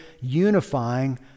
unifying